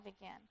again